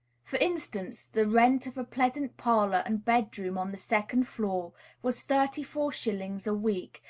for instance, the rent of a pleasant parlor and bedroom on the second floor was thirty-four shillings a week,